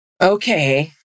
Okay